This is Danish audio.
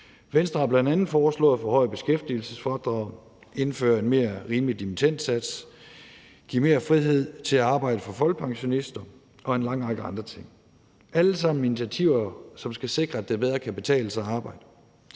Venstre har bl.a. foreslået at forhøje beskæftigelsesfradraget, indføre en mere rimelig dimittendsats, give mere frihed til at arbejde for folkepensionister og en lang række andre ting. Det er alle sammen initiativer, som skal sikre, at det bedre kan betale sig at arbejde.